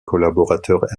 collaborateur